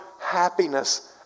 happiness